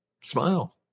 Smile